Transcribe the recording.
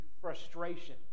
frustration